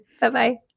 Bye-bye